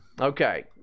okay